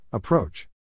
Approach